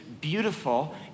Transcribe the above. beautiful